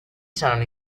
saranno